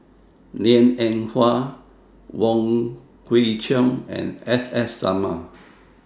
Liang Eng Hwa Wong Kwei Cheong and S S Sarma